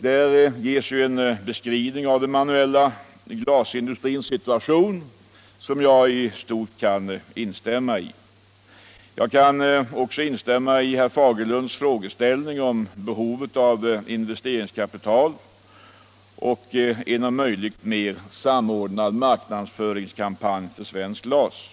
Där ges en beskrivning av den manuella glas industrins situation som jag i stort kan instämma i. Jag kan också instämma i vad herr Fagerlund sade om behovet av investeringskapital och en om möjligt mer samordnad marknadsföringskampanj för svenskt glas.